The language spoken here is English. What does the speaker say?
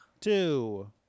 Two